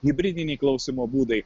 hibridiniai klausymo būdai